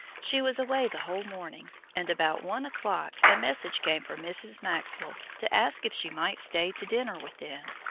she was away the whole morning, and about one o'clock a message came from mrs. maxwell to ask if she might stay to dinner with them.